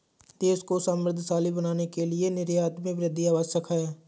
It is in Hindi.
देश को समृद्धशाली बनाने के लिए निर्यात में वृद्धि आवश्यक है